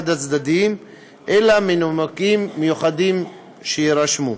מהצדדים אלא מנימוקים מיוחדים שיירשמו.